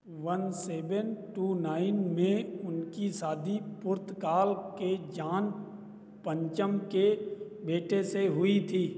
one seven two nine में उनकी शादी पुर्तगाल के जॉन पंचम के बेटे से हुई थी